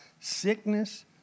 sickness